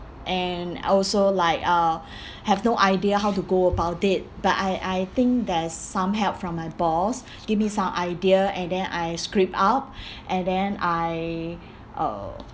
and also like uh have no idea how to go about it but I I think there's some help from my boss give me some idea and then I script up and then I uh